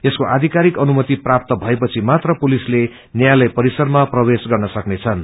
यसको आयिकारिक अनुमति प्राप्त भएपनि मात्र पुलिसले न्यायालय परिसरामा प्रवेश गर्न सक्नेछन्